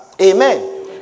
Amen